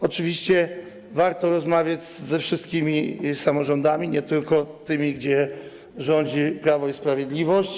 Oczywiście warto rozmawiać ze wszystkimi samorządami, nie tylko tymi, gdzie rządzi Prawo i Sprawiedliwość.